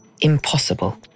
Impossible